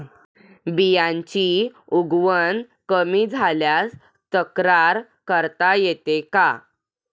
बियाण्यांची उगवण कमी झाल्यास तक्रार करता येते का?